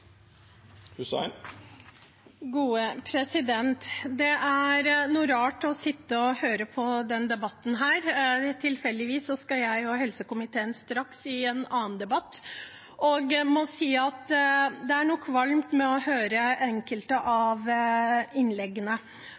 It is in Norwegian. Det er rart å sitte og høre på denne debatten. Tilfeldigvis skal jeg og helsekomiteen straks i en annen debatt, og jeg må si at det er noe kvalmt med enkelte av